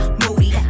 moody